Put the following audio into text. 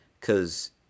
Cause